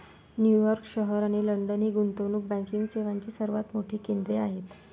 New York शहर आणि London ही गुंतवणूक बँकिंग सेवांची सर्वात मोठी केंद्रे आहेत